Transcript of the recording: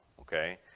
okay